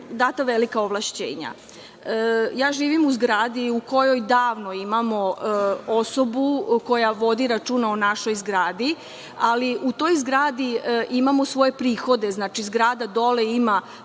data velika ovlašćenja. Ja živim u zgradi u kojoj davno imamo osobu koja vodi računa o našoj zgradi, ali u toj zgradi imamo svoje prihode. Znači, zgrada dole ima